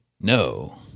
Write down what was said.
No